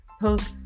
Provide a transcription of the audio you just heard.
post